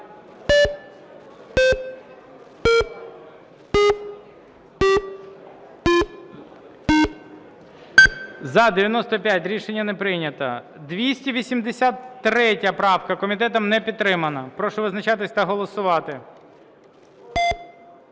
За-95 Рішення не прийнято. 283 правка. Комітетом не підтримана. Прошу визначатися та голосувати.